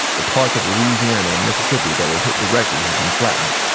the parts of louisiana and mississippi that were hit directly had been flattened.